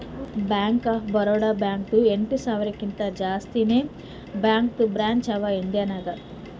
bank of Baroda ಬ್ಯಾಂಕ್ದು ಎಂಟ ಸಾವಿರಕಿಂತಾ ಜಾಸ್ತಿನೇ ಬ್ಯಾಂಕದು ಬ್ರ್ಯಾಂಚ್ ಅವಾ ಇಂಡಿಯಾ ನಾಗ್